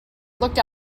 looked